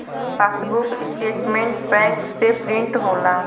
passbook statement bank से print होला